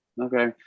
okay